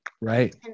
Right